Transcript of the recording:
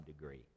degree